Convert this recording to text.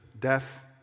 Death